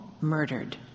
murdered